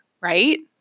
right